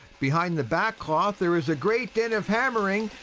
behind the back cloth there is a great din of hammer ing,